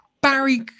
Barry